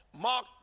Mark